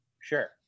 Sure